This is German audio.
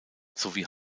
sowie